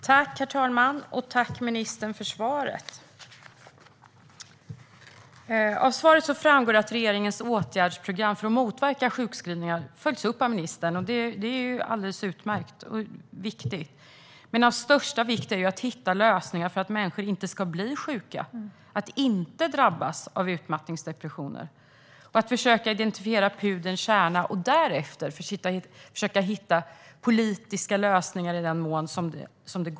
Herr talman! Tack, ministern, för svaret! Av det framgår att regeringens åtgärdsprogram för att motverka sjukskrivningar följs upp av ministern, och det är alldeles utmärkt och viktigt. Men av största vikt är det att hitta lösningar för att människor inte ska bli sjuka och att inte drabbas av utmattningsdepressioner. Vi måste försöka identifiera pudelns kärna och därefter hitta politiska lösningar i den mån det går.